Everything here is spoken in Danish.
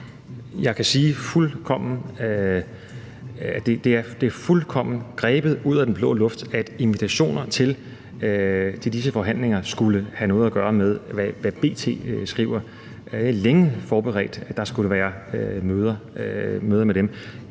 Jeg kan sige, at det fuldkommen er grebet ud af den blå luft, at invitationer til disse forhandlinger skulle have noget at gøre med, hvad B.T. skriver. Det er længe forberedt, at der skulle være møder med dem.